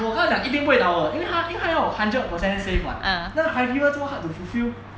我跟他讲一定不会倒的因为她因为她要我 hundred percent safe [what] 那个 criteria 这么 hard to fulfil